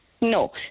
No